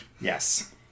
Yes